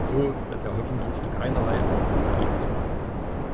so daß er hoffen durfte keinerlei argwohn erregt zu haben